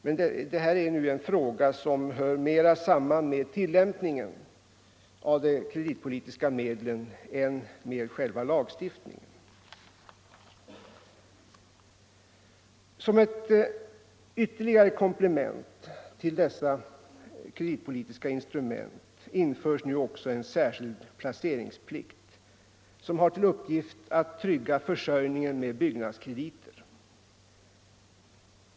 Men detta är nu en fråga som hör mera samman med tillämpningen av de kreditpolitiska medlen än med själva lagstiftningen. Som ett ytterligare komplement till dessa kreditpolitiska instrument införs nu en särskild placeringsplikt, som har till uppgift att trygga försörjningen med byggnadskrediter.